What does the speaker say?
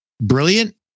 brilliant